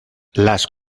las